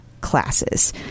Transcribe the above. classes